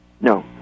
No